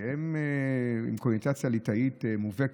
שהם עם קונוטציה ליטאית מובהקת,